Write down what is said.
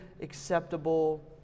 acceptable